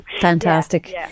Fantastic